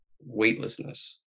weightlessness